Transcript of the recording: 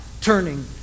turning